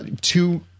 two